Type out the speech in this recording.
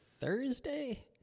Thursday